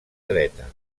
dreta